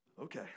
Okay